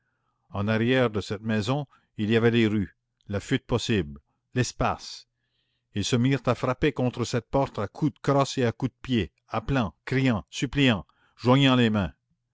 en arrière de cette maison il y avait les rues la fuite possible l'espace ils se mirent à frapper contre cette porte à coups de crosse et à coups de pied appelant criant suppliant joignant les mains